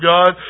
God